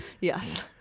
yes